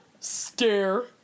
Stare